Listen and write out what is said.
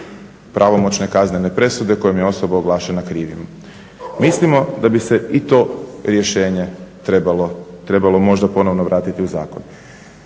pravomoćne kaznene presude kojom je osoba oglašena krivim. Mislimo da bi se i to rješenje trebalo možda ponovno vratiti u zakon.